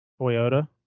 Toyota